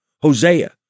Hosea